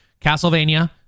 Castlevania